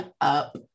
up